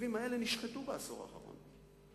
התקציבים האלה נשחטו בעשור האחרון.